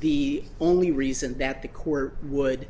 the only reason that the court would